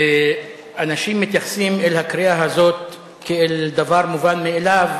ואנשים מתייחסים אל הקריאה הזאת כאל דבר מובן מאליו,